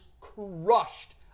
crushed